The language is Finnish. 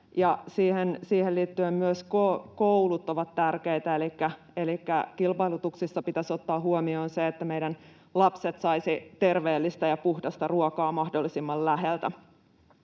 siihen liittyen myös koulut ovat tärkeitä, elikkä kilpailutuksissa pitäisi ottaa huomioon se, että meidän lapset saisivat terveellistä ja puhdasta ruokaa mahdollisimman läheltä.